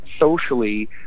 socially